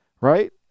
right